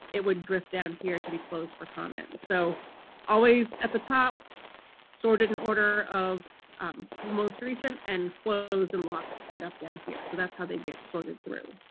it would drift down here to be closed for comments so always at the top sorted in order of most recent and closed and locked end up down here. so that's how they get sorted through